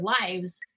lives